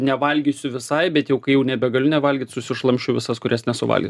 nevalgysiu visai bet jau kai jau nebegaliu nevalgyt susišlamšiu visas kurias nesuvalgiau